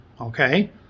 okay